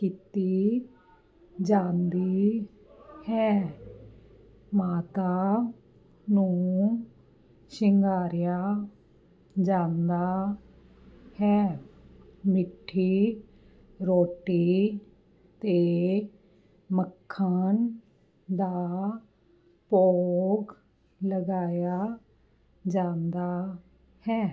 ਕੀਤੀ ਜਾਂਦੀ ਹੈ ਮਾਤਾ ਨੂੰ ਸ਼ਿੰਗਾਰਿਆ ਜਾਂਦਾ ਹੈ ਮਿੱਠੀ ਰੋਟੀ 'ਤੇ ਮੱਖਣ ਦਾ ਭੋਗ ਲਗਾਇਆ ਜਾਂਦਾ ਹੈ